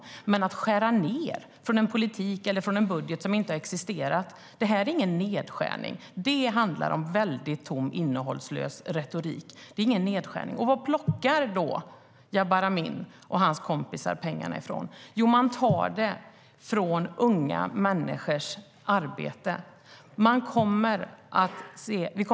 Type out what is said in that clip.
Men man kan inte tala om att skära ned i en budget som inte har existerat. Det här är ingen nedskärning. Det handlar om en väldigt tom och innehållslös retorik. Det är ingen nedskärning. Vad plockar då Jabar Amin och hans kompisar pengarna ifrån? Jo, från unga människors arbete.